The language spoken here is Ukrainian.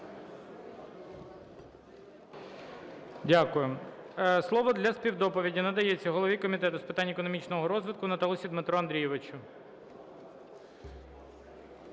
Дякую. Слово для співдоповіді надається голові Комітету з питань економічного розвитку Наталусі Дмитру Андрійовичу.